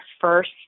first